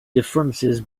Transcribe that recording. differences